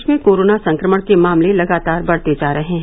प्रदेश में कोरोना संक्रमण के मामले लगातार बढ़ते जा रहे हैं